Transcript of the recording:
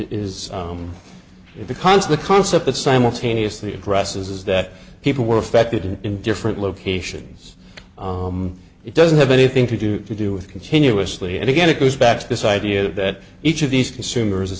it because the concept that simultaneously addresses that people were affected in different locations it doesn't have anything to do you do with continuously and again it goes back to this idea that each of these consumers is